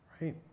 Right